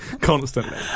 Constantly